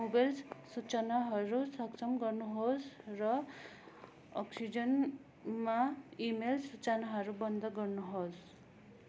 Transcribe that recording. mobile सूचनाहरू सक्षम गर्नुहोस् र अक्सिजनमा इमेल सूचनाहरू बन्द गर्नुहोस्